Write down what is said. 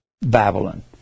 Babylon